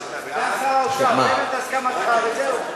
סגן שר האוצר, תן את הסכמתך וזהו.